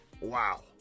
wow